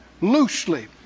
loosely